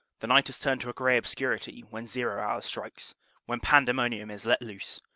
the night has turned to a gray obscurity when zero hour strikes when pandemonium is let loose.